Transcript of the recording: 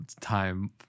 time